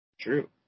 True